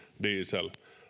diesel